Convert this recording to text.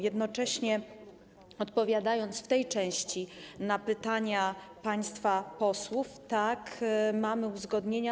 Jednocześnie, odpowiadając w tej części na pytania państwa posłów, powiem: tak, mamy uzgodnienia.